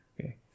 okay